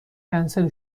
کنسل